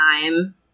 time